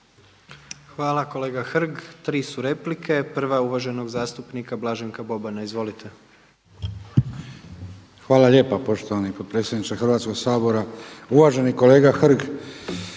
Hvala kolega Hrg. Tri su replike. Prva je uvaženog zastupnika Blaženka Bobana. Izvolite. **Boban, Blaženko (HDZ)** Hvala lijepa. Poštovani potpredsjedniče Hrvatskoga sabora. Uvaženi kolega Hrg.